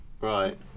Right